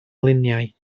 luniau